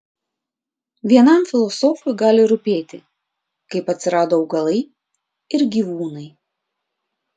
vienam filosofui gali rūpėti kaip atsirado augalai ir gyvūnai